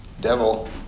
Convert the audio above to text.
devil